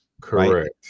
correct